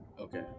Okay